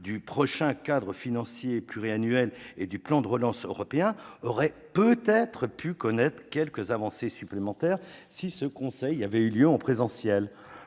du prochain cadre financier pluriannuel et du plan de relance européen aurait peut-être pu connaître quelques avancées supplémentaires si ce Conseil avait eu lieu en présentiel.